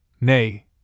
nay